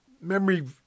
memory